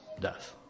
death